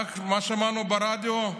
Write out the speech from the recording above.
מה שמענו ברדיו?